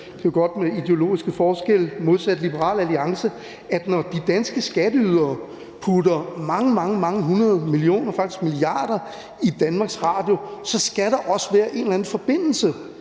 høre, at der er ideologiske forskelle, og det er jo godt – at når de danske skatteydere putter mange, mange hundrede millioner, faktisk milliarder i DR, skal der også være en eller anden forbindelse